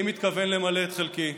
אני מתכוון למלא את חלקי,